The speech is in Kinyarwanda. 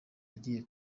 agiye